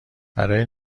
برای